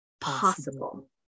possible